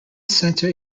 center